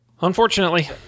Unfortunately